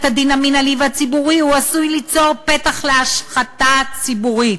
הדין המינהלי והציבורי אלא עשוי ליצור פתח להשחתה ציבורית.